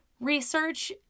research